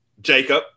Jacob